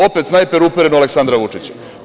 Opet snajper uperen u Aleksandra Vučića.